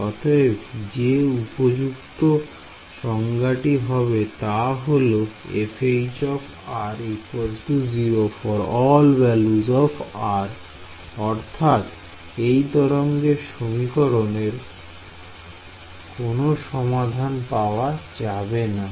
অতএব যে উপযুক্ত সংজ্ঞাটি হবে তা হল 0 ∀ r অর্থাৎ এই তরঙ্গ সমীকরণ এর কোন সমাধান পাওয়া যাবেনা